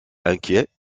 inquiet